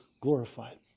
glorified